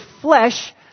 flesh